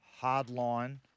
hardline